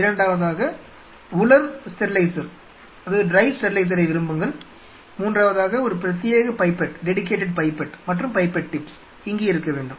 இரண்டாவதாக உலர் ஸ்டெரிலைசரை விரும்புங்கள் மூன்றாவதாக ஒரு பிரத்யேக பைப்பட் மற்றும் பைப்பட் டிப்ஸ் இங்கே இருக்க வேண்டும்